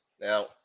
Now